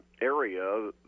area